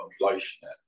population